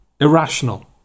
Irrational